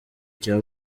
cya